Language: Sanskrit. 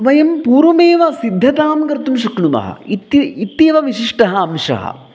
वयं पूर्वमेव सिद्धतां कर्तुं शक्नुमः इति इत्येव विशिष्टः अंशः